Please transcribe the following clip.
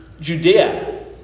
Judea